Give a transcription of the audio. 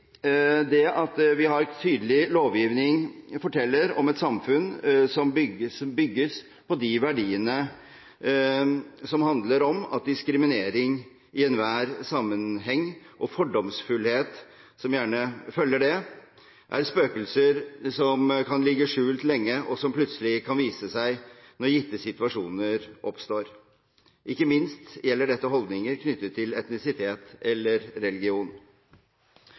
Det at vi har tydelig lovgivning, forteller om et samfunn som bygges på de verdiene som handler om at diskriminering i enhver sammenheng og fordomsfullhet – som gjerne følger det – er spøkelser som kan ligge skjult lenge, og som plutselig kan vise seg når gitte situasjoner oppstår. Ikke minst gjelder dette holdninger knyttet til etnisitet eller religion.